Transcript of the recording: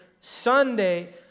Sunday